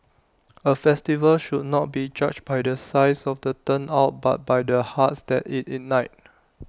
A festival should not be judged by the size of the turnout but by the hearts that IT ignited